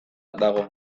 dago